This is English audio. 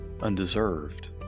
undeserved